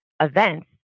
events